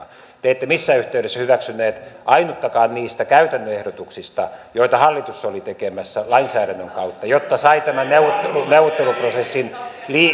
te ette missään yhteydessä hyväksyneet ainuttakaan niistä käytännön ehdotuksista joita hallitus oli tekemässä lainsäädännön kautta jotta sai tämän neuvotteluprosessin liikkeelle